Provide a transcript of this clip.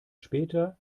später